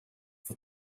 for